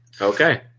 Okay